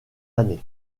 années